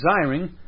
desiring